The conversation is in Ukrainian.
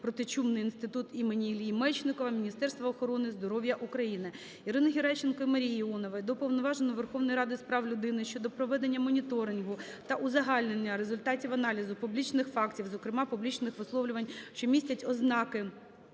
протичумний інститут імені Іллі Мечнікова Міністерства охорони здоров’я України". Ірини Геращенко та Марії Іонової до Уповноваженого Верховної Ради з прав людини щодо проведення моніторингу та узагальнення результатів аналізу публічних фактів, зокрема, публічних висловлювань, що містять ознаки